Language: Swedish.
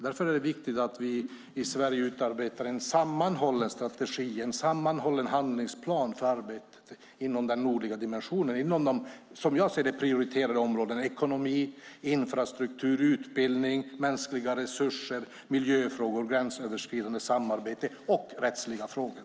Därför är det viktigt att vi i Sverige utarbetar en sammanhållen strategi, en sammanhållen handlingsplan, för arbetet inom den nordliga dimensionen inom de, som jag ser det, prioriterade områdena: ekonomi, infrastruktur, utbildning, mänskliga resurser, miljöfrågor, gränsöverskridande samarbete och rättsliga frågor.